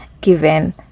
given